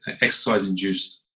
exercise-induced